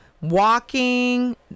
walking